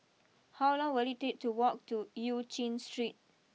how long will it take to walk to Eu Chin Street